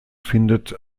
findet